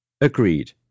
Agreed